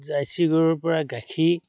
jersey গৰুৰপৰা গাখীৰ